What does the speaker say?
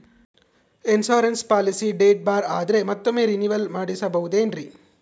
Insurance policy date ಬಾರ್ ಆದರೆ ಮತ್ತೊಮ್ಮೆ ರಿನಿವಲ್ ಮಾಡಿಸಬಹುದೇ ಏನ್ರಿ?